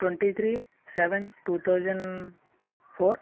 twenty three seven two thousand four